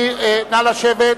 נא לשבת.